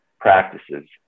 practices